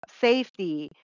safety